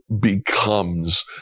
becomes